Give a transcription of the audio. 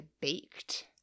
baked